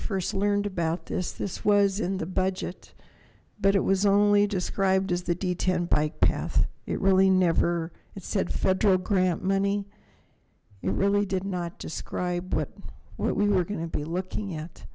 first learned about this this was in the budget but it was only described as the d ten bike path it really never it said federal grant money it really did not describe what what we were going to be looking at